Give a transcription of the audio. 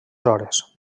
hores